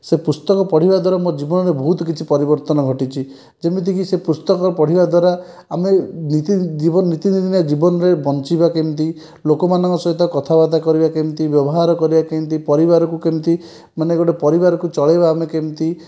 ସେ ପୁସ୍ତକ ପଢ଼ିବା ଦ୍ୱାରା ମୋ ଜୀବନ ରେ ବହୁତ କିଛି ପରିବର୍ତ୍ତନ ଘଟିଛି ଯେମିତିକି ସେ ପୁସ୍ତକ ପଢ଼ିବା ଦ୍ୱାରା ଆମେ ନିତି ଜୀବନ ନିତିଦିନିଆ ଜୀବନରେ ବଞ୍ଚିବା କେମିତି ଲୋକମାନଙ୍କ ସହିତ କଥାବାର୍ତ୍ତା କରିବା କେମିତି ବ୍ୟବହାର କରିବା କେମିତି ପରିବାରକୁ କେମିତି ମାନେ ଗୋଟେ ପରିବାରକୁ ଚଳେଇବା ଆମେ କେମିତି